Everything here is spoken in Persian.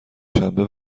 شنبه